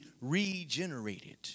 regenerated